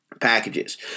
packages